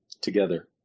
together